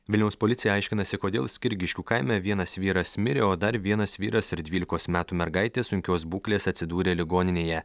vilniaus policija aiškinasi kodėl skirgiškių kaime vienas vyras mirė o dar vienas vyras ir dvylikos metų mergaitė sunkios būklės atsidūrė ligoninėje